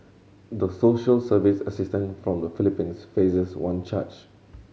the social service assistant from the Philippines faces one charge